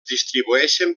distribueixen